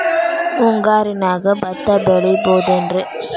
ಮುಂಗಾರಿನ್ಯಾಗ ಭತ್ತ ಬೆಳಿಬೊದೇನ್ರೇ?